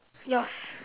yours